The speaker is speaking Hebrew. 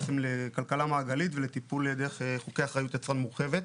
בעצם לכלכלה מעגלית ולטיפול דרך חוקי אחריות יצרן מורחבת,